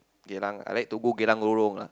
Geylang I like to go Geylang-Lorong lah